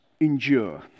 endure